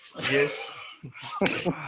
yes